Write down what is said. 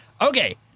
Okay